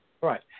Right